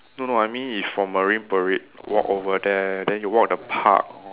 no no I mean if from Marine Parade walk over there then you walk the park